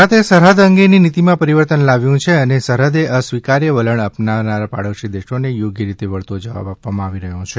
ભારતે સરહદ અંગેની નીતિમાં પરિવર્તન લાવ્યું છે અને સરહદે અસ્વીકાર્ય વલણ અપનાવનાર પાડોશી દેશોને યોગ્ય રીતે વળતો જવાબ આપવામાં આવી રહ્યો છે